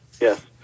yes